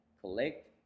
collect